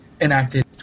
enacted